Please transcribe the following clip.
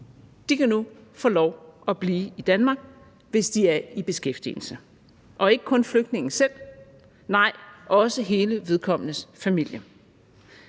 de kan nu få lov til at blive i Danmark, hvis de er i beskæftigelse – og ikke kun flygtningen selv, nej, også hele vedkommendes familie.